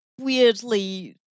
weirdly